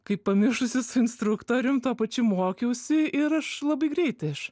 kaip pamišusi su instruktorium tuo pačiu mokiausi ir aš labai greitai aš